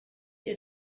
ihr